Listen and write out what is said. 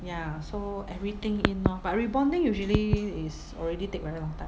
ya so everything in lor but rebonding usually is already take very long time